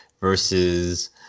versus